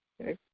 Okay